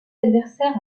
adversaires